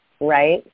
right